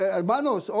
hermanos